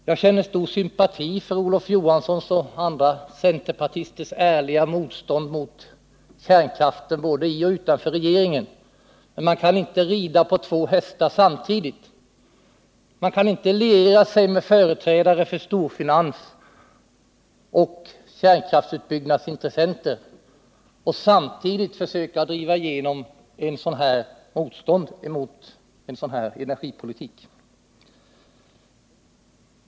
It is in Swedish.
Jag känner stor sympati för Olof Johanssons och andra centerpartisters ärliga motstånd mot kärnkraften både i och utanför regeringen, men man kan inte rida på två hästar samtidigt. Man kan inte liera sig med företrädare för storfinans och kärnkraftsutbyggnadsintressenter och samtidigt försöka driva igenom ett motstånd mot en sådan här energipolitik.